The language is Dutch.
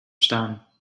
staan